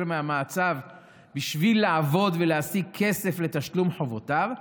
מהמעצר בשביל לעבוד ולהשיג כסף לתשלום חובותיו,